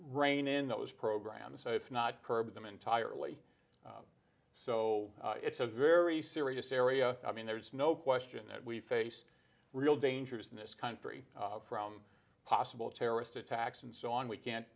rein in those programs so it's not curbing them entirely so it's a very serious area i mean there's no question that we face real dangers in this country from possible terrorist attacks and so on we can't